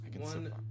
one